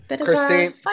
Christine